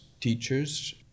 teachers